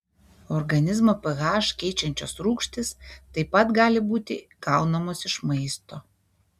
organizmo ph keičiančios rūgštys taip pat gali būti gaunamos iš maisto